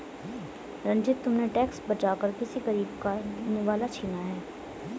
रंजित, तुमने टैक्स बचाकर किसी गरीब का निवाला छीना है